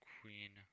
Queen